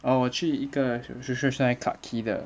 orh 我去一个是是是在 clarke quay 的